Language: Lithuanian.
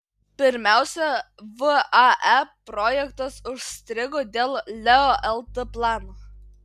pirmiausia vae projektas užstrigo dėl leo lt plano